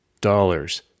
dollars